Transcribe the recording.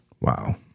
wow